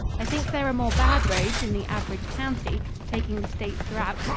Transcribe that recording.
i think there are more bad roads in the average county, taking the states throughout,